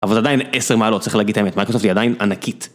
אבל זה עדיין עשר מעלות, צריך להגיד את האמת, מייקרוסופט היא עדיין ענקית.